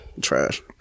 Trash